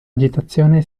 agitazione